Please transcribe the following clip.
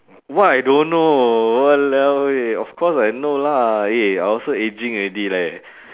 what I don't know !walao! eh of course I know lah eh I also aging already leh